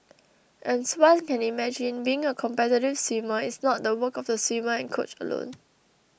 as one can imagine being a competitive swimmer is not the work of the swimmer and coach alone